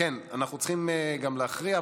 צריכים גם להכריע,